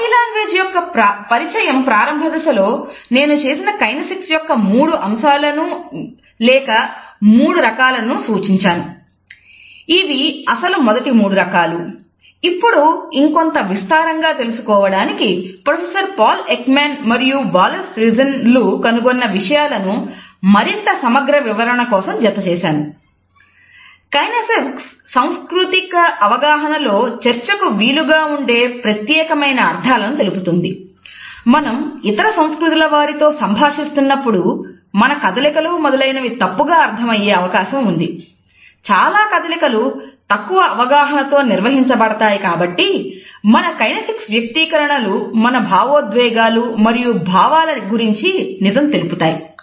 body language యొక్క పరిచయం ప్రారంభ దశలో నేను కైనేసిక్స్ వ్యక్తీకరణలు మన భావోద్వేగాలు మరియు భావాల గురించి నిజం తెలుపుతాయి